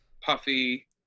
Puffy